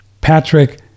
Patrick